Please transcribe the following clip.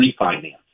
refinance